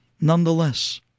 Nonetheless